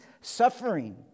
suffering